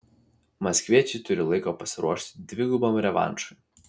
maskviečiai turi laiko pasiruošti dvigubam revanšui